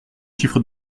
chiffres